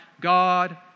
God